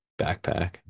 backpack